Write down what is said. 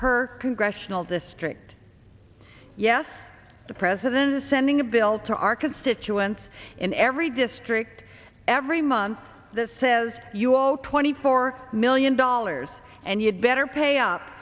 per congressional district yes the president is sending a bill to our constituents in every district every month that says you owe twenty four million dollars and you'd better pay up